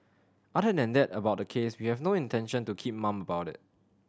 other than that about the case we have no intention to keep mum about it